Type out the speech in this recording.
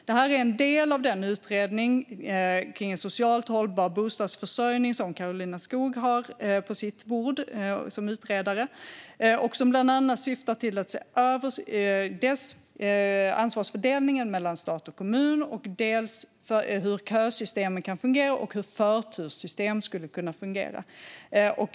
Det här är en del av den utredning om socialt hållbar bostadsförsörjning som Karolina Skog har på sitt bord som utredare och som bland annat syftar till att se över dels ansvarsfördelningen mellan stat och kommun och dels hur kösystemen fungerar och hur förturssystem skulle kunna fungera.